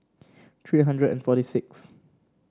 three hundred and forty sixth